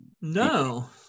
No